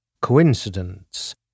coincidence